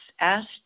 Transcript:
asked